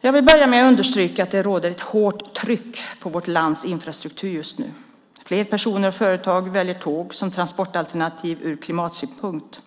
Jag vill börja med att understryka att det råder ett hårt tryck på vårt lands infrastruktur just nu. Fler personer och företag väljer tåget som transportalternativ ur klimatsynpunkt.